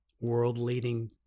world-leading